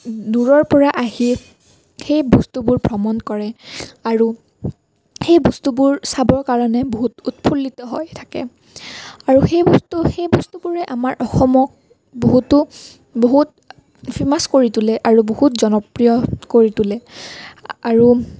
দূৰৰ পৰা আহি সেই বস্তুবোৰ ভ্ৰমণ কৰে আৰু সেই বস্তুবোৰ চাবৰ কাৰণে বহুত উৎফুল্লিত হৈ থাকে আৰু সেই সেই বস্তুবোৰে আমাৰ অসমক বহুতো বহুত ফেমাছ কৰি তোলে আৰু বহুত জনপ্ৰিয় কৰি তোলে আৰু